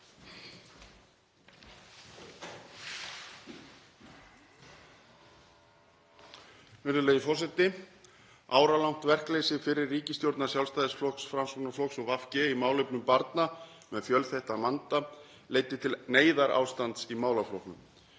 Virðulegi forseti. Áralangt verkleysi fyrri ríkisstjórnar Sjálfstæðisflokks, Framsóknarflokks og VG í málefnum barna með fjölþættan vanda leiddi til neyðarástands í málaflokknum.